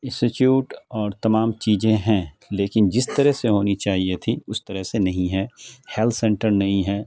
اسسچیوٹ اور تمام چیزیں ہیں لیکن جس طرح سے ہونی چاہیے تھی اس طرح سے نہیں ہے ہیلتھ سینٹر نہیں ہے